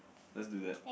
let's do that